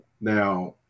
Now